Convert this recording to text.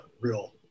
real